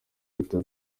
leta